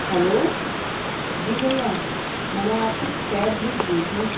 hello جی بھیا میں نے آپ کی کیب بک کی تھی